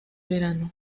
verano